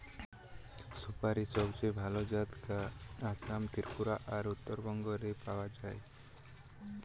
সুপারীর সবচেয়ে ভালা জাত গা আসাম, ত্রিপুরা আর উত্তরবঙ্গ রে পাওয়া যায়